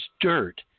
dirt